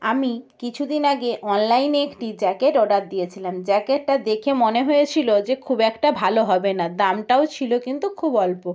আমি কিছুদিন আগে অনলাইনে একটি জ্যাকেট অর্ডার দিয়েছিলাম জ্যাকেটটা দেখে মনে হয়েছিল যে খুব একটা ভালো হবে না দামটাও ছিল কিন্তু খুব অল্প